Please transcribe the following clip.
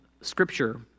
Scripture